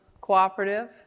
cooperative